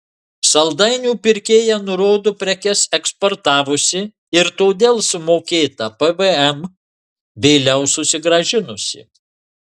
saldainių pirkėja nurodo prekes eksportavusi ir todėl sumokėtą pvm vėliau susigrąžinusi